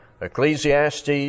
Ecclesiastes